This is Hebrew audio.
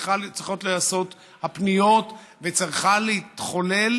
צריכות להיעשות הפניות וצריכה להתחולל